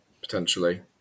potentially